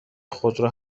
خودرو